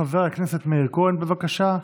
חבר הכנסת מאיר כהן, בבקשה.